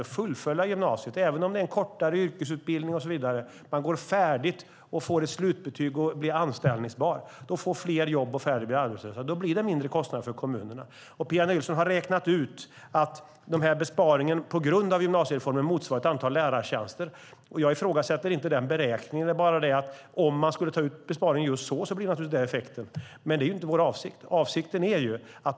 Fler kommer att fullfölja gymnasieutbildningen, även om det är en kortare yrkesutbildning och så vidare. Man går färdigt och får ett slutbetyg och blir anställbar. Då får fler jobb, och färre blir arbetslösa. Då blir det mindre kostnader för kommunerna. Pia Nilsson har räknat ut att besparingen på grund av gymnasiereformen motsvarar ett antal lärartjänster. Jag ifrågasätter inte den beräkningen. Om man skulle ta ut besparingen just så blir naturligtvis det effekten, men det är inte vår avsikt.